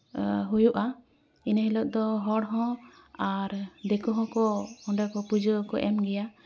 ᱦᱩᱭᱩᱜᱼᱟ ᱤᱱᱟᱹ ᱦᱤᱞᱳᱜ ᱫᱚ ᱦᱚᱲ ᱦᱚᱸ ᱟᱨ ᱫᱤᱠᱩ ᱦᱚᱸᱠᱚ ᱚᱸᱰᱮ ᱠᱚ ᱯᱩᱡᱟᱹ ᱠᱚᱠᱚ ᱮᱢ ᱜᱮᱭᱟ